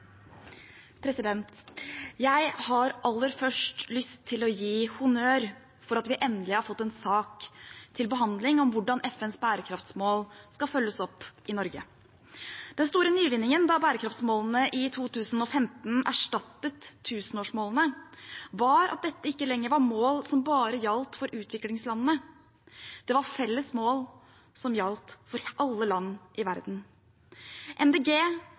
Jeg har aller først lyst til å gi honnør for at vi endelig har fått en sak til behandling om hvordan FNs bærekraftsmål skal følges opp i Norge. Den store nyvinningen da bærekraftsmålene i 2015 erstattet tusenårsmålene, var at dette ikke lenger var mål som bare gjaldt for utviklingslandene, det var felles mål som gjaldt for alle land i verden.